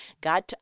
God